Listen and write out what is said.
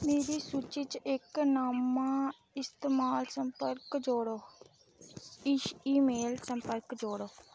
मेरी सूची च इक नमां इस्तमाल सम्पर्क जोड़ो